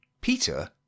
PETER